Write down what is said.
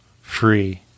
free